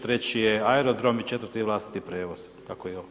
Treći je aerodrom i četvrti je vlastiti prijevoz.“ Tako i ovo.